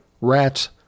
rats